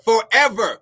forever